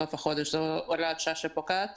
בסוף החודש, זו הוראת שעה שפוקעת.